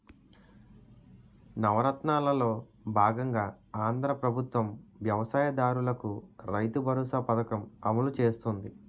నవరత్నాలలో బాగంగా ఆంధ్రా ప్రభుత్వం వ్యవసాయ దారులకు రైతుబరోసా పథకం అమలు చేస్తుంది